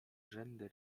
rzędy